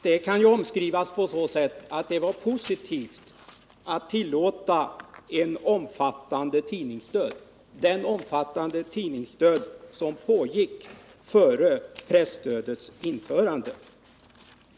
Det kan omskrivas så, att det var positivt att tillåta den omfattande tidningsdöd som härjade före presstödets införande.